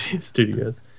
studios